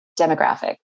demographic